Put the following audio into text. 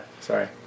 sorry